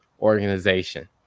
organization